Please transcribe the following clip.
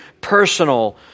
personal